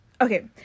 okay